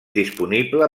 disponible